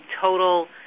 total